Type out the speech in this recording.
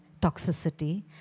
toxicity